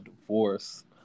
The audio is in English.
divorce